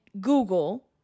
Google